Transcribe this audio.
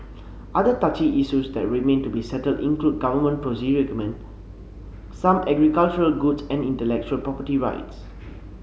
other touchy issues that remain to be settled include government some agricultural goods and intellectual property rights